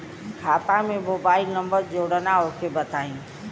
खाता में mobile number जोड़ना ओके बताई?